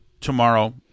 tomorrow